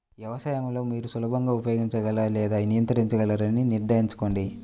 వ్యవసాయం లో మీరు సులభంగా ఉపయోగించగల లేదా నియంత్రించగలరని నిర్ధారించుకోండి